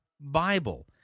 Bible